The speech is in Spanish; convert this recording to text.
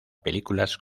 películas